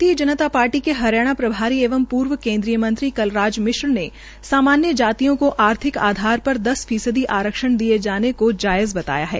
भारतीय जनता पार्टी के हरियाणा प्रभारी एवं पूर्व केंद्रीय मंत्री कलराज मिश्र ने सामान्य जातियों का आर्थिक आधार पर दस फीसदी आरक्षण दिए जाने का जायज बताया है